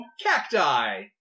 cacti